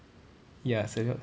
ya seventy one